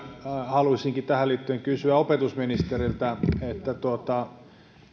halusinkin tähän liittyen kysyä opetusministeriltä